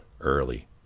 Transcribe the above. early